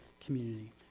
community